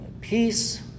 peace